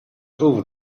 over